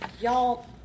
Y'all